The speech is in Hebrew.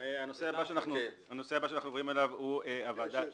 הנושא הבא שאנחנו מדברים עליו הוא הוועדה